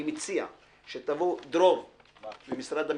דרור ממשרד המשפטים,